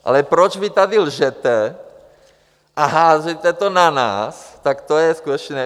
Ale proč vy tady lžete a házíte to na nás, tak to je skutečně .